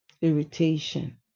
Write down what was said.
irritation